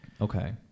Okay